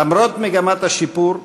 למרות מגמת השיפור,